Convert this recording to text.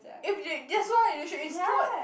if they that's why they should install it